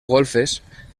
golfes